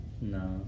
No